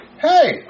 hey